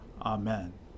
Amen